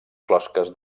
closques